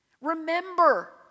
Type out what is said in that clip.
Remember